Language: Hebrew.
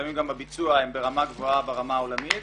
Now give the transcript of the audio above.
ולפעמים גם הביצוע, הם ברמה גבוהה ברמה העולמית.